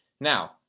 Now